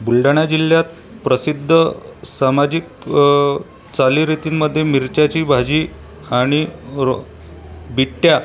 बुलढाणा जिल्ह्यात प्रसिद्ध सामाजिक चालीरीतींमध्ये मिरच्याची भाजी आणि बिट्ट्या